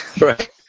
Right